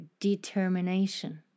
determination